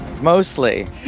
Mostly